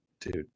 dude